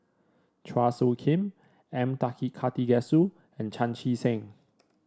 Chua Soo Khim M Karthigesu and Chan Chee Seng